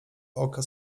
oka